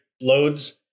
loads